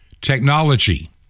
technology